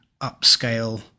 upscale